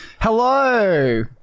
Hello